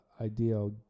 ideal